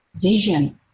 Vision